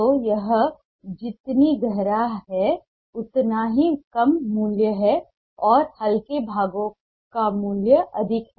तो यह जितना गहरा है उतना ही कम मूल्य है और हल्के भागों का मूल्य अधिक है